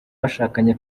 abashakanye